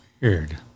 weird